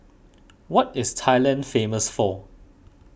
what is Thailand famous for